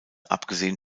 abgesehen